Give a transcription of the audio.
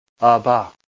Abba